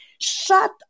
Shut